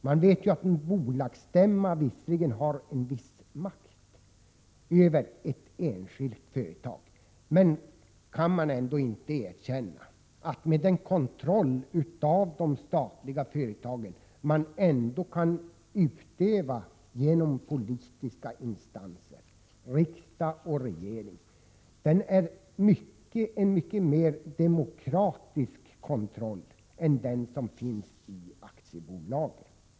Man vet visserligen att en bolagsstämma har en viss makt över ett enskilt företag, men kan man ändå inte erkänna att den kontroll av de statliga företagen som kan utövas genom politiska instanser — riksdag och regering — är en mycket mer demokratisk kontroll än den som finns i aktiebolagen?